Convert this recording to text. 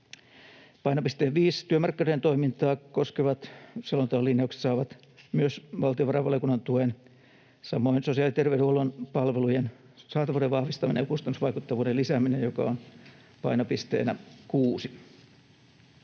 Painopisteen 5 työmarkkinoiden toimintaa koskevat selonteon linjaukset saavat myös valtiovarainvaliokunnan tuen, samoin sosiaali- ja terveydenhuollon palvelujen saatavuuden vahvistaminen ja kustannusvaikuttavuuden lisääminen, joka on painopisteenä 6.